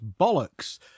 Bollocks